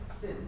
sin